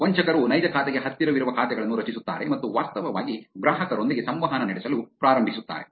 ವಂಚಕರು ನೈಜ ಖಾತೆಗೆ ಹತ್ತಿರವಿರುವ ಖಾತೆಗಳನ್ನು ರಚಿಸುತ್ತಾರೆ ಮತ್ತು ವಾಸ್ತವವಾಗಿ ಗ್ರಾಹಕರೊಂದಿಗೆ ಸಂವಹನ ನಡೆಸಲು ಪ್ರಾರಂಭಿಸುತ್ತಾರೆ